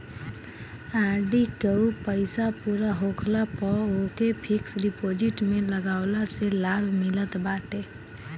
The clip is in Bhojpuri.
आर.डी कअ पईसा पूरा होखला पअ ओके फिक्स डिपोजिट में लगवला से लाभ मिलत बाटे